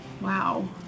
wow